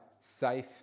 safe